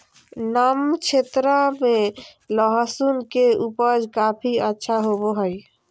नम क्षेत्र में लहसुन के उपज काफी अच्छा होबो हइ